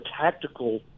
tactical